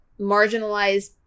marginalized